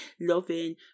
loving